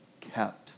kept